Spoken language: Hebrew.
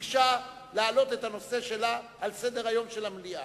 ביקשה להעלות את הנושא שלה על סדר-היום של המליאה.